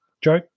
joe